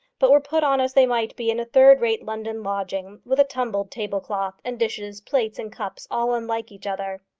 but were put on as they might be in a third-rate london lodging, with a tumbled tablecloth, and dishes, plates, and cups all unlike each other.